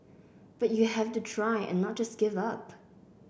but you have to try and not just give up